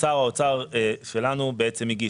ששר האוצר שלנו בעצם הגיש.